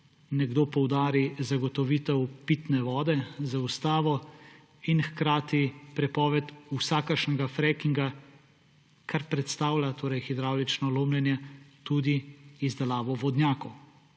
nekdo poudari zagotovitev pitne vode z ustavo in hkrati prepoved vsakršnega frackinga, kar predstavlja, torej hidravlično lomljenje, tudi izdelavo vodnjakov.